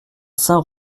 saint